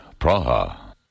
Praha